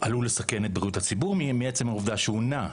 עלול לסכן את בריאות הציבור מעצם העובדה שהוא נא.